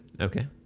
Okay